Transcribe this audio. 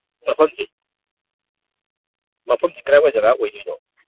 ꯃꯐꯝꯁꯦ ꯃꯐꯝꯁꯦ ꯀꯔꯥꯏꯋꯥꯏ ꯖꯒꯥ ꯑꯣꯏꯗꯣꯏꯅꯣ